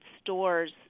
stores